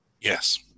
Yes